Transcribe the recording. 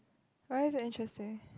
why is it interesting